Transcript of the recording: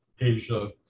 Asia